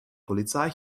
polizei